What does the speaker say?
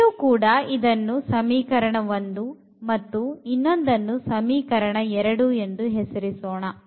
ಇಲ್ಲಿಯೂ ಕೂಡ ಇದನ್ನು ಸಮೀಕರಣ 1 ಎಂದು ಮತ್ತು ಇನ್ನೊಂದನ್ನು ಸಮೀಕರಣ 2 ಎಂದು ಹೆಸರಿಸೋಣ